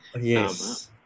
Yes